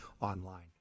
online